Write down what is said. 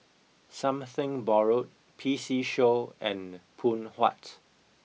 something borrowed P C show and Phoon Huat